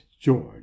George